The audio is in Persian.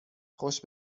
خوش